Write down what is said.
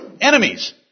enemies